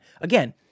again